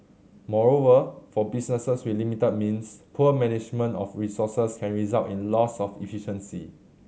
moreover for businesses with limited means poor management of resources can result in loss of efficiency